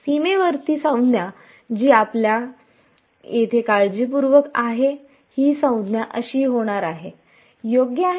सीमेवरती संज्ञा जी आपल्या येथे काळजीपूर्वक आहे ही अशी संज्ञा होणार आहे योग्य आहे